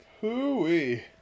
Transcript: Hooey